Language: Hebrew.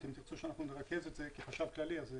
אם תרצו שאנחנו נרכז את זה כחשב כללי אז אני